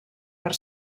per